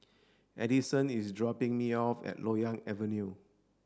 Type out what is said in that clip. Adison is dropping me off at Loyang Avenue